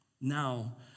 Now